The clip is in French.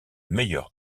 meilleur